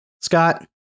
Scott